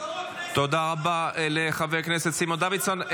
יו"ר הכנסת --- תודה רבה לחבר הכנסת סימון דוידסון.